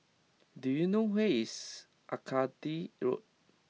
do you know where is Arcadia Road